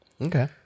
Okay